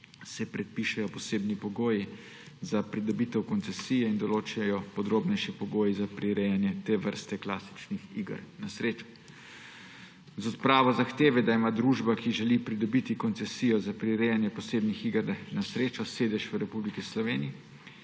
se predpišejo posebni pogoji za pridobitev koncesije in določajo podrobnejši pogoji za prirejanje te vrste klasičnih iger na srečo. Z odpravo zahteve, da ima družba, ki želi pridobiti koncesijo za prirejanje posebnih iger na srečo, sedež v Republiki Sloveniji,